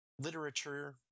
literature